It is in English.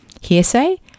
hearsay